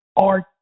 art